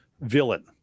villain